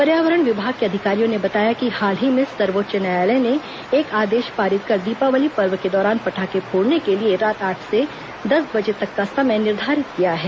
पर्यावरण विभाग के अधिकारियों ने बताया कि हाल ही में सर्वोच्च न्यायालय ने एक आदेश पारित कर दीपावली पर्व के दौरान पटाखे फोड़ने के लिए रात आठ से दस बजे तक का समय निर्धारित किया है